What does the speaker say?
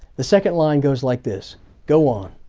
the second line goes like this go on.